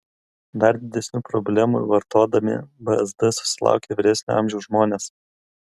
dar didesnių problemų vartodami bzd susilaukia vyresnio amžiaus žmonės